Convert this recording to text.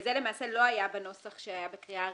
--- זה למעשה לא היה בנוסח שהיה בקריאה הראשונה.